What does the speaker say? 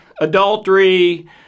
adultery